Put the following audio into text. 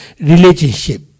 relationship